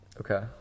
Okay